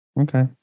okay